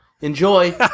enjoy